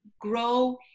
grow